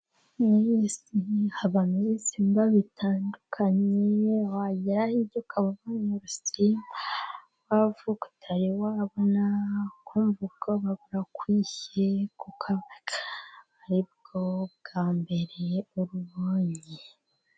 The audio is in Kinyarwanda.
Muri iyi si habamo ibisimba bitandukanye, wagera hirya ukaba ubonye ibisimba wavuka utari wabona, ukumva ubwoba burakwishe kuko buba aribwo bwa mbere ubibonye.